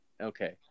Okay